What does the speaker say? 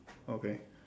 okay